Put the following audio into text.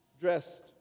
dressed